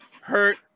hurt